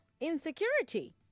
insecurity